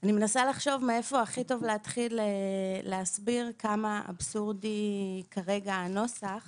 אני מנסה לחשוב מאיפה הכי טוב להתחיל להסביר כמה אבסורדי כרגע הנוסח